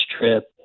Trip